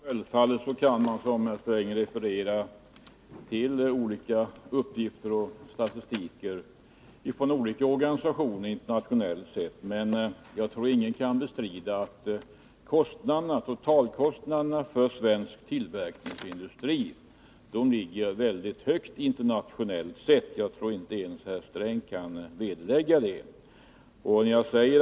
Herr talman! Självfallet kan man såsom Gunnar Sträng referera till statistik och uppgifter från olika internationella organisationer. Men jag tror ingen kan bestrida att totalkostnaderna för svensk tillverkningsindustri ligger väldigt högt internationellt sett. Jag tror inte ens Gunnar Sträng kan vederlägga detta påstående.